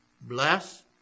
Bless